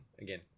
again